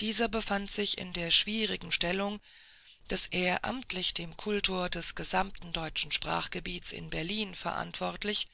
dieser befand sich in der schwierigen stellung daß er amtlich dem kultor des gesamten deutschen sprachgebiets in berlin verantwortlich